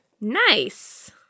Nice